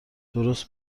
درست